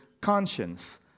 conscience